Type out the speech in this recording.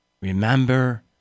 Remember